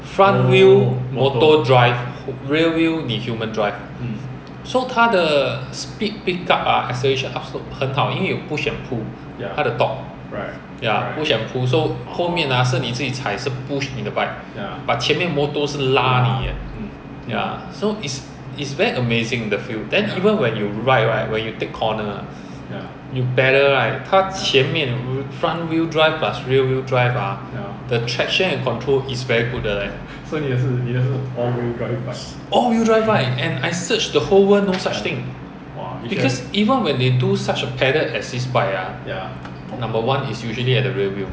front wheel motor drive rear wheel 你 human drive so 它的 speed pick up ah acceleration up slope 很好因为有 push and pull 它的 top right push and pull so 后面啊是你自己踩是 push 你的 bike but 前面 motor 是拉你 leh so ya so it's very amazing the feel then even when you ride right when you take corner ah you pedal right 它前面 front wheel drive plus rear wheel drive ah the traction and control is very good 的 leh all wheel drive bike and I search the whole world no such thing because even when they do such a pedal assist bike ah number one is usually at the rear wheel